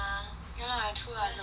ya lah true lah in a way